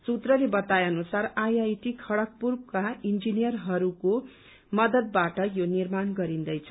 सूत्रले बताए अनुसार आईआईटी खड़गपुरको इन्जिनियरहरूको मदतबाट यो निर्माण गरिन्दैछ